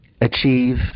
achieve